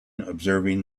observing